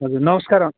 हजुर नमस्कार